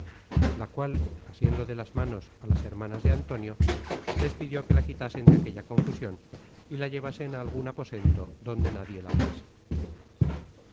la cual asiendo de las manos á las hermanas de antonio les pidió que la quitasen de aquella confusion y la llevasen á algun aposento donde nadie la viese